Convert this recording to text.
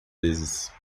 vezes